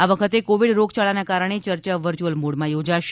આ વખતે કોવિડ રોગયાળાના કારણે ચર્ચા વર્ચુઅલ મોડમાં થોજાશે